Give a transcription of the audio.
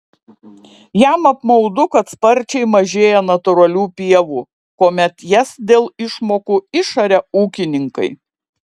jam apmaudu kad sparčiai mažėja natūralių pievų kuomet jas dėl išmokų išaria ūkininkai